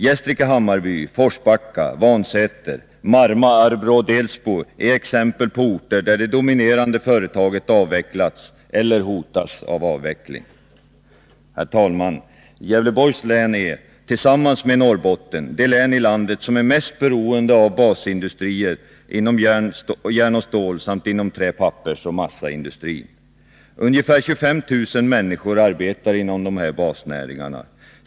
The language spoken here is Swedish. Gästrike Hammarby, Forsbacka, Vansäter, Marma, Arbrå och Delsbo är exempel på orter, där det dominerande företaget avvecklats eller hotas av avveckling. Herr talman! Gävleborgs län är tillsammans med Norrbotten det län i landet som är mest beroende av basindustrier inom järnoch stålindustrin samt inom trä-, pappersoch massaindustrin. Ungefär 25 000 människor arbetar inom dessa basnäringar.